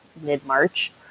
mid-March